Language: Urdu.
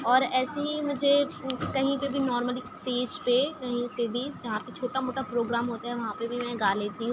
اور ایسے ہی مجھے کہیں پہ بھی نارملی اسٹیج پہ کہیں پہ بھی جہاں پہ چھوٹا موٹا پروگرام ہوتا ہے وہاں پہ بھی میں گا لیتی ہوں